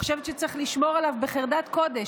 חושבת שצריך לשמור עליו בחרדת קודש,